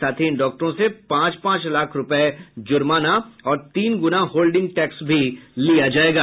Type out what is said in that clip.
साथ ही इन डॉक्टरों से पांच पांच लाख रूपया जुर्माना और तीन गुना होल्डिंग टैक्स भी लिया जायेगा